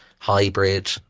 hybrid